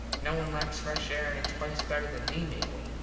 no one likes fresh air in its place better than me, mable,